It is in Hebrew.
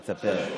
ותספר.